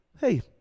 Hey